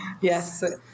yes